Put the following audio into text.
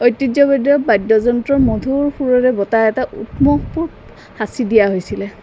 ঐতিহ্যমণ্ডিত বাদ্যযন্ত্ৰৰ মধুৰ সুৰেৰে বতাহ এটা সাঁচি দিয়া হৈছিলে